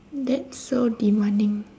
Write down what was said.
that's so demanding